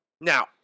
Now